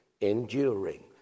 enduring